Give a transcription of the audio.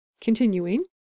Continuing